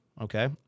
Okay